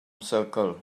circle